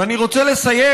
ואני רוצה לסיים,